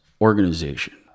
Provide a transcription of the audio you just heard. organization